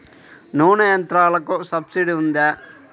నూనె యంత్రాలకు సబ్సిడీ ఉందా?